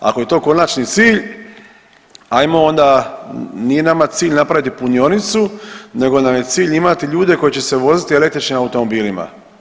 Ako je to konačni cilj, a imamo onda nije nama cilj napraviti punionicu nego nam je cilj imati ljude koji će se voziti električnim automobilima.